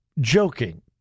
joking